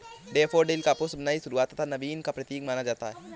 daffodil का पुष्प नई शुरुआत तथा नवीन का प्रतीक माना जाता है